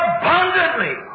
abundantly